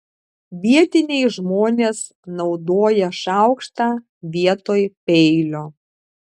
vietiniai žmonės naudoja šaukštą vietoj peilio